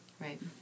Right